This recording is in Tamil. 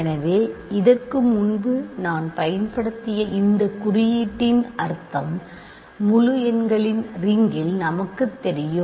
எனவே இதற்கு முன்பு நான் பயன்படுத்திய இந்த குறியீட்டின் அர்த்தம்முழு எண்களின் ரிங்கில் நமக்குத் தெரியும்